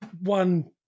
One